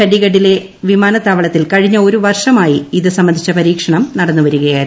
ചണ്ഡിഗഡിലെ വിമാനത്താവളത്തിൽ കഴിഞ്ഞ ഒരു വർഷമായി ഇത് സംബന്ധിച്ച പരീക്ഷണം നടന്നുവരികയായിരുന്നു